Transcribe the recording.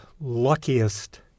luckiest